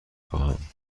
خواهم